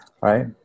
right